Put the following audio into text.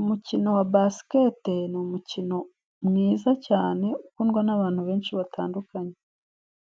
Umukino wa basikete ni umukino mwiza cyane, ukundwa n'abantu benshi batandukanye.